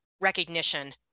recognition